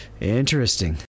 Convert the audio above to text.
Interesting